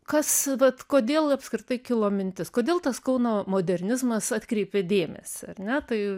kas vat kodėl apskritai kilo mintis kodėl tas kauno modernizmas atkreipė dėmesį ar ne tai